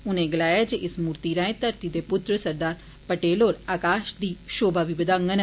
उनें गलाया जे इस मूर्ति राएं घरती दे पुत्र सरदार पटेल होर आकाश दी शौमा बी बदाडन